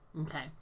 Okay